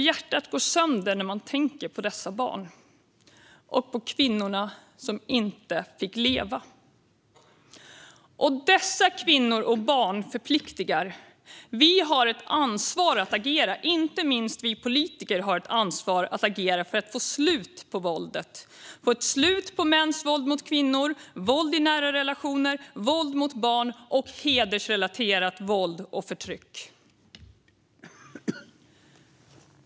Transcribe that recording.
Hjärtat går sönder när man tänker på dessa barn och på kvinnorna som inte fick leva. Dessa kvinnor och barn förpliktar. Vi har ett ansvar att agera. Inte minst har vi politiker ett ansvar att agera för att få ett slut på våldet, få ett slut på mäns våld mot kvinnor, våld i nära relationer, våld mot barn och hedersrelaterat våld och förtryck.